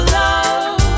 love